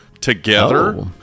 together